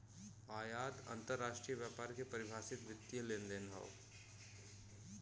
आयात अंतरराष्ट्रीय व्यापार के परिभाषित वित्तीय लेनदेन हौ